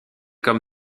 comme